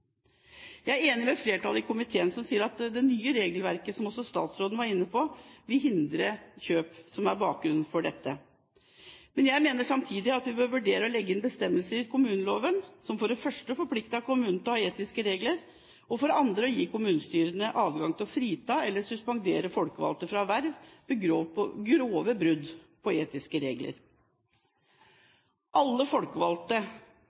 Jeg er enig med flertallet i komiteen som sier at det nye regelverket, som også statsråden var inne på, vil hindre kjøp som det som er bakgrunnen for dette. Men jeg mener samtidig at vi bør vurdere å legge inn bestemmelser i kommuneloven som for det første forplikter kommunen til å ha etiske regler, og for det andre gir kommunestyrene adgang til å frita eller suspendere folkevalgte fra verv ved grove brudd på etiske regler. Alle folkevalgte